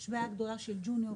יש בעיה גדולה של ג'וניורים,